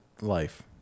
life